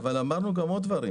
אבל אמרנו גם עוד דברים.